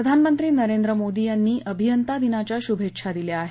प्रधानमंत्री नरेंद्र मोदी यांनी अभियंता दिनाच्या शूभेच्छा दिल्या आहेत